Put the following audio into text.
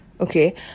Okay